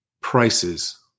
Prices